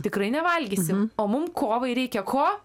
tikrai nevalgysim o mum kovai reikia ko